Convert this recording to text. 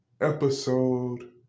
episode